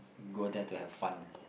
go there to have fun